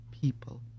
people